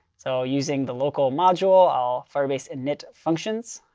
so using the local module, i'll firebase init functions.